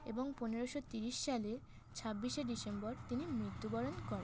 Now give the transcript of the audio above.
এবং পনেরোশো তিরিশ সালের ছাব্বিশে ডিসেম্বর তিনি মৃত্যুবরণ করেন